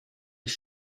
des